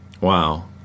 Wow